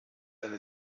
eine